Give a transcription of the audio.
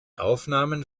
aufnahmen